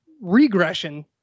regression